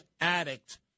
addict